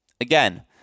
Again